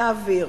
נעביר.